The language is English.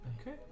Okay